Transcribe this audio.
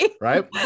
Right